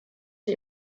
die